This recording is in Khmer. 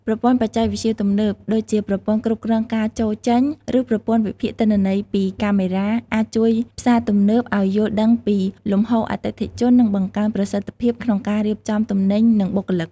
ប្រព័ន្ធបច្ចេកវិទ្យាទំនើប ដូចជាប្រព័ន្ធគ្រប់គ្រងការចូលចេញ ឬប្រព័ន្ធវិភាគទិន្នន័យពីកាមេរ៉ា អាចជួយផ្សារទំនើបឱ្យយល់ដឹងពីលំហូរអតិថិជន និងបង្កើនប្រសិទ្ធភាពក្នុងការរៀបចំទំនិញ និងបុគ្គលិក។